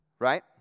Right